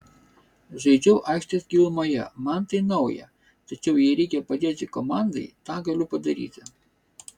žaidžiau aikštės gilumoje man tai nauja tačiau jei reikia padėti komandai tą galiu padaryti